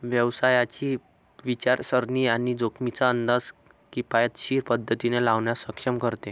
व्यवसायाची विचारसरणी आणि जोखमींचा अंदाज किफायतशीर पद्धतीने लावण्यास सक्षम करते